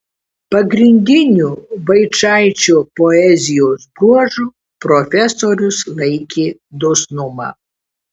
pagrindiniu vaičaičio poezijos bruožu profesorius laikė dosnumą